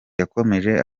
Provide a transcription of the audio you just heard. yakomeje